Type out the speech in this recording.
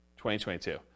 2022